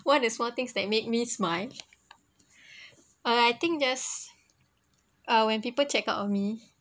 what is small things that made me smile uh I think just uh when people check out on me